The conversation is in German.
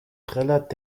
trällert